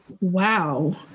Wow